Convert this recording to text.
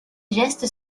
gestes